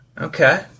okay